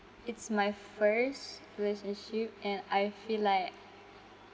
it's my first relationship and I feel like